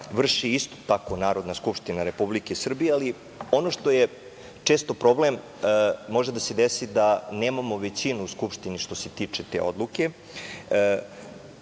vrši Narodna skupština Republike Srbije, ali ono što je često problem, može da se desi da nemamo većinu u Skupštini što se tiče te odluke,